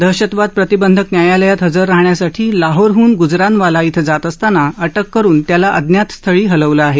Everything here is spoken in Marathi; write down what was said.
दहशतवाद प्रतिबंधक न्यायालयात हजर राहण्यासाठी लाहोरहन ग्जरानवाला इथं जात असताना अटक करून त्याला अज्ञात स्थळी हलवलं आहे